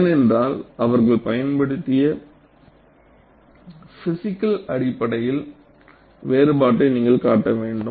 ஏனென்றால் அவர்கள் பயன்படுத்திய பிஸிக்கல் அடிப்படையில் வேறுபாட்டைக் நீங்கள் காட்ட வேண்டும்